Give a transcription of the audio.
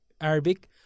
Arabic